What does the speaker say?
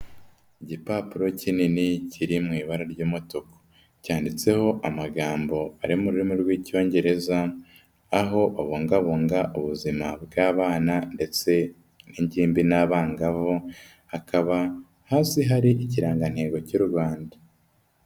Igipapuro kinini kiri mu ibara ry'umutuku. Cyanditseho amagambo ari mu rurimi rw'Icyongereza, aho babungabunga ubuzima bw'abana ndetse n'ingimbi n'abangavu, hakaba hasi hari ikirangantego cy'u Rwanda.